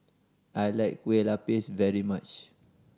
I like Kueh Lapis very much